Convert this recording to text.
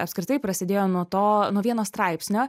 apskritai prasidėjo nuo to nuo vieno straipsnio